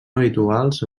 habituals